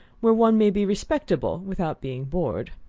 where one may be respectable without being bored.